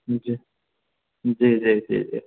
जी जी जी जी